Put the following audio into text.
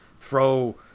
throw